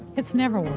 it's never worked.